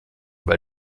weil